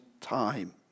time